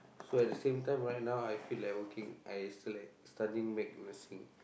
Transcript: so at the same time right now I feel like working I feel like studying back nursing